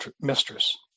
mistress